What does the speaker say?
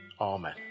amen